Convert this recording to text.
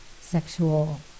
sexual